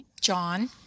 John